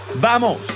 Vamos